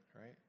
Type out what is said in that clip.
right